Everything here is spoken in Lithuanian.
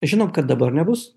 žinom kad dabar nebus